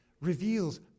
reveals